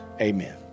Amen